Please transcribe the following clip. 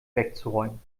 wegzuräumen